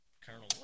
Colonel